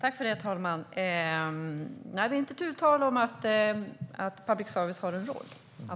Herr talman! Det är inte tu tal om att public service har en roll.